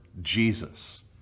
Jesus